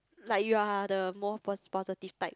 like you are the more pos~ positive type